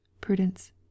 PRUDENCE